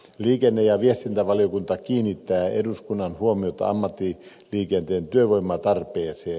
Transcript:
liikenne ja viestintävaliokunta kiinnittää eduskunnan huomiota ammattiliikenteen työvoimatarpeeseen